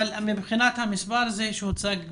מבחינת המספר הזה שהוצג בפנינו,